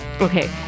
Okay